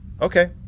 Okay